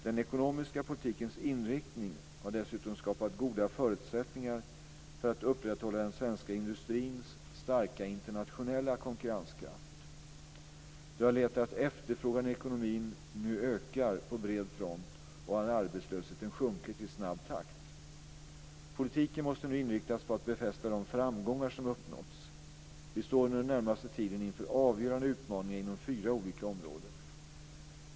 Den ekonomiska politikens inriktning har dessutom skapat goda förutsättningar för att upprätthålla den svenska industrins starka internationella konkurrenskraft. Det har lett till att efterfrågan i ekonomin nu ökar på bred front och att arbetslösheten sjunkit i snabb takt. Politiken måste nu inriktas på att befästa de framgångar som uppnåtts. Vi står under den närmaste tiden inför avgörande utmaningar inom fyra olika områden.